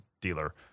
dealer